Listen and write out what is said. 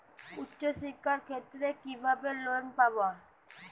উচ্চশিক্ষার ক্ষেত্রে কিভাবে লোন পাব?